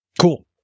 cool